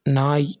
நாய்